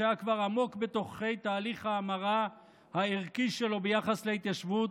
שהיה כבר עמוק בתוך תהליך ההמרה הערכי שלו ביחס להתיישבות,